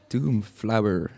Doomflower